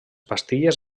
pastilles